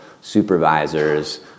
supervisors